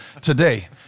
today